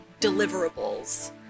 deliverables